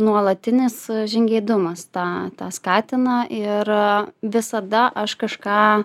nuolatinis žingeidumas tą tą skatina ir visada aš kažką